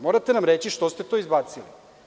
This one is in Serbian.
Morate nam reći što ste to izbacili?